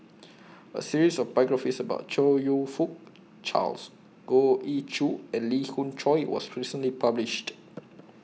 A series of biographies about Chong YOU Fook Charles Goh Ee Choo and Lee Khoon Choy was recently published